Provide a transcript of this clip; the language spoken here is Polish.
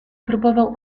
próbował